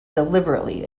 deliberately